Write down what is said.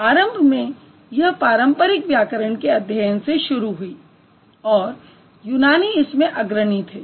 आरंभ में यह पारंपरिक व्याकरण के अध्ययन से शुरू हुई और यूनानी इसमें अग्रणी थे